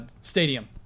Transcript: stadium